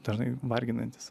dažnai varginantys